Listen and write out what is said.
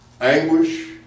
anguish